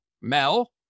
Mel